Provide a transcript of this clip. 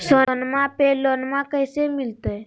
सोनमा पे लोनमा कैसे मिलते?